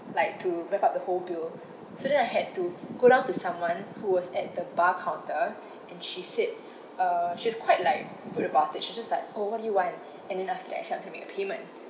like to wrap up the whole bill so then I had to go down to someone who was at the bar counter and she said uh she's quite like rude about it she just like oh what do you want and then after that I said I want to make payment